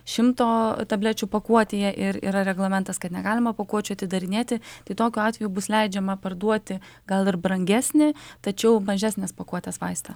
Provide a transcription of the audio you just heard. šimto tablečių pakuotėje ir yra reglamentas kad negalima pakuočių atidarinėti tai tokiu atveju bus leidžiama parduoti gal ir brangesni tačiau mažesnės pakuotės vaistą